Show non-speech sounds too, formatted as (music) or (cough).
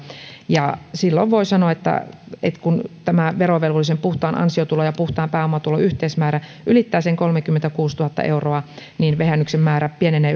silloin voi sanoa että että kun verovelvollisen puhtaan ansiotulon ja puhtaan pääomatulon yhteismäärä ylittää kolmekymmentäkuusituhatta euroa niin vähennyksen määrä pienenee (unintelligible)